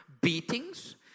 beatings